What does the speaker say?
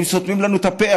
אם סותמים לנו את הפה,